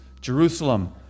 Jerusalem